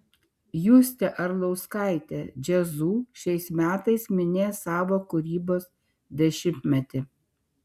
justė arlauskaitė jazzu šiais metais minės savo kūrybos dešimtmetį